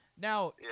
Now